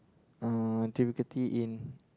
uh difficulty in